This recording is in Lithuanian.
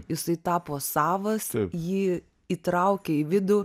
jisai tapo savas jį įtraukė į vidų